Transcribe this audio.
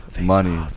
Money